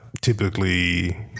typically